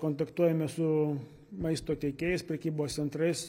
kontaktuojame su maisto tiekėjais prekybos centrais